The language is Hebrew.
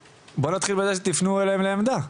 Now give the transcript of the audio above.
בואו נתחיל בזה שקודם תפנו אליהם לעמדה.